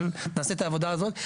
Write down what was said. אבל נעשה את העבודה הזאת.